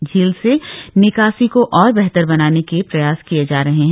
झील से निकासी को और बेहतर बनाने के लिए प्रयास किए जा रहे हैं